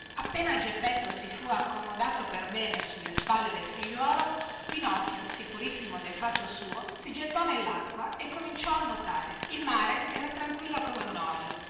appena geppetto si fu accomodato per bene sulle spalle del figliuolo pinocchio sicurissimo del fatto suo si gettò nellacqua e cominciò a nuotare il mare era tranquillo come un olio